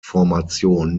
formation